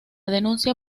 denuncia